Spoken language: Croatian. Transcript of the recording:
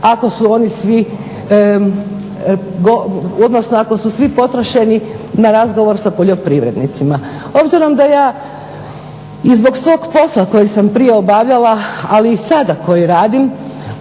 ako su oni svi, odnosno ako su svi potrošeni na razgovor sa poljoprivrednicima. Obzirom da ja i zbog svog posla kojeg sam prije obavljala, ali i sada koji radim